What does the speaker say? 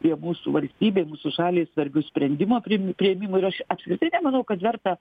prie mūsų valstybė mūsų šaliai svarbių sprendimų priėm priėmimui ir aš apskritai nemanau kad verta